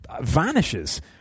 vanishes